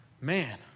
man